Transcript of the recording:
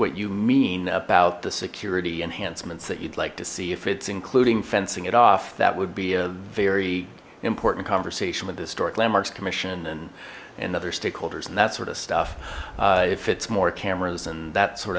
what you mean about the security enhancements that you'd like to see if it's including fencing it off that would be a very important conversation with historic landmarks commission and other stakeholders and that sort of stuff if it's more cameras and that sort